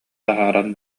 таһааран